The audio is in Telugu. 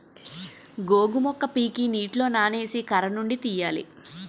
గోగు మొక్క పీకి నీటిలో నానేసి కర్రనుండి తీయాలి